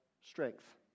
strength